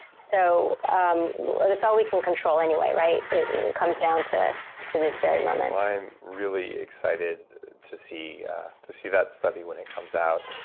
so um that's all we can control anyway. it comes down to to this very moment. i'm really excited to see to see that study when it comes out.